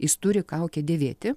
jis turi kaukę dėvėti